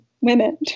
women